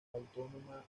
autónoma